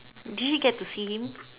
did she get to see him